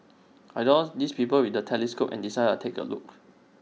I saw these people with the telescopes and decided A take A look